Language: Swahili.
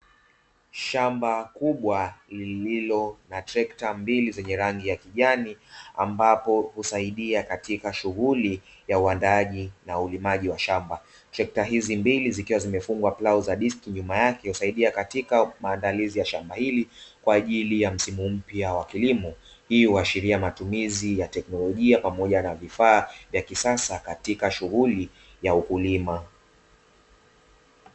Shamba kubwa lililo na trekta mbili zenye rangi ya kijani, ambapo husaidia katika shughuli ya uandaaji na ulimaji wa shamba. Trekta hizi mbili zikiwa zimefungwa plau za diski nyuma yake husaidia katika maandalizi ya shamba hili, kwa ajili ya msimu mpya wa kilimo. Hii huashiria matumizi ya teknolojia pamoja na vifaa vya kisasa katika shughuli ya ukulima.